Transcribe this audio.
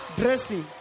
dressing